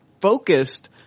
focused